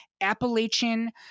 Appalachian